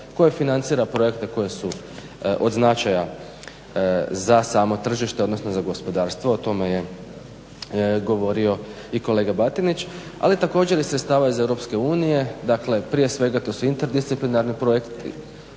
koje financira projekte koji su od značaja za samo tržište odnosno za gospodarstvo, o tome je govorio i kolega Batinić, ali također i sredstava Europske unije. Dakle prije svega to su interdisciplinarni projekti,